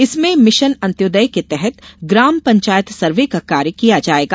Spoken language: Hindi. इसमें मिशन अंत्योदय के तहत ग्राम पंचायत सर्वे का कार्य किया जायेगा